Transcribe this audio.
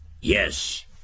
Yes